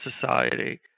society